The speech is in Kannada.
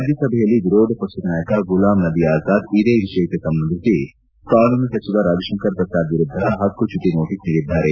ರಾಜ್ಯಸಭೆಯಲ್ಲಿ ವಿರೋಧ ಪಕ್ಷದ ನಾಯಕ ಗುಲಾಮ್ ನಬೀ ಅಜಾದ್ ಇದೇ ವಿಷಯಕ್ಕೆ ಸಂಬಂಧಿಸಿ ಕಾನೂನು ಸಚಿವ ರವಿಶಂಕರ್ ಪ್ರಸಾದ್ ವಿರುದ್ದ ಹಕ್ಕುಚ್ಚುತಿ ನೋಟಸ್ ನೀಡಿದ್ದಾರೆ